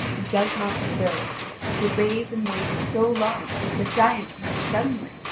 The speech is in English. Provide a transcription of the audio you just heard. he does not stir, but delays and waits so long that the giant came suddenly,